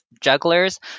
Jugglers